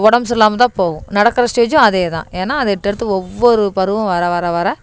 உடம்பு சரியில்லாமல்தான் போகும் நடக்கிற ஸ்டேஜூம் அதே தான் ஏன்னால் அதை எட்டு எடுத்து ஒவ்வொரு பருவமும் வர வர வர